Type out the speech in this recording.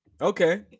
Okay